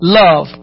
love